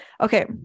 Okay